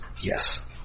Yes